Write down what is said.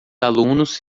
alunos